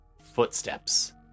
footsteps